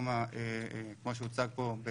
כמו שהוצג פה,